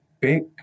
big